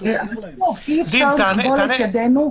אי-אפשר לכבול את ידינו.